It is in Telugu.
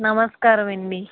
నమస్కారం అండి